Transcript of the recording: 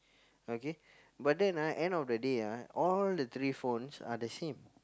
okay but then ah end of the day ah all the three phones are the same